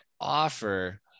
offer